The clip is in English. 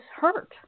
hurt